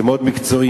זה מאוד מקצועי,